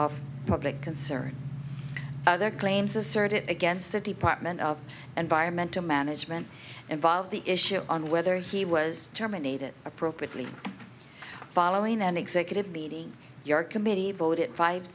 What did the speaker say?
of public concern their claims asserted it against the department of environmental management involved the issue on whether he was terminated appropriately following an executive meeting